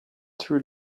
two